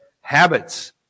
habits